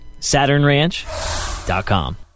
SaturnRanch.com